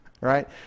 Right